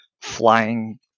flying